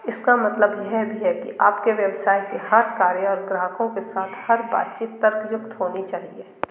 इसका मतलब यह भी है कि आपके व्यवसाय के हर कार्य और ग्राहकों के साथ हर बातचीत तर्कयुक्त होनी चाहिए